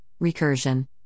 recursion